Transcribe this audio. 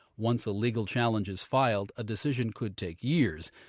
once a legal challenge is filed, a decision could take years,